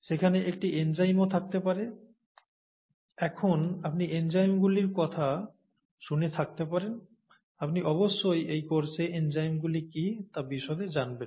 সেখানে একটি এনজাইমও থাকতে পারে এখন আপনি এনজাইমগুলির কথা শুনে থাকতে পারেন আপনি অবশ্যই এই কোর্সে এনজাইমগুলি কী তা বিশদে জানবেন